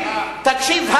תקשיב,